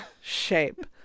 shape